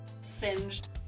singed